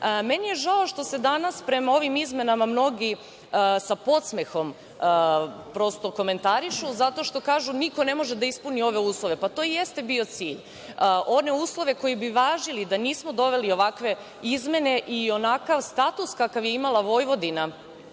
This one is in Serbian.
je žao što se danas prema ovim izmenama mnogi sa podsmehom prosto komentarišu, zato što kažu da niko ne može da ispuni ove uslove. To i jeste bio cilj, one uslove koji bi važili da nismo doneli ovakve izmene i onakav status kakav je imala Vojvodina